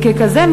וככזה,